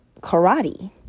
karate